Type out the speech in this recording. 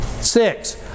Six